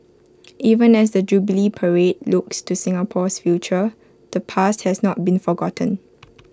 even as the jubilee parade looks to Singapore's future the past has not been forgotten